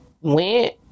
went